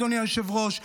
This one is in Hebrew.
אדוני היושב-ראש,